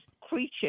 creature